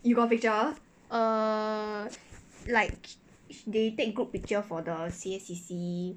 you got picture